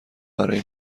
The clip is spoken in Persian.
برای